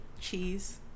Cheese